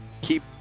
Keep